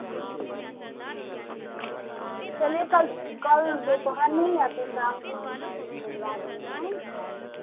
चलिए कल सु कल दोपहर में ही या तो शाम को भेजवा देंगे ना